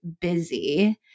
busy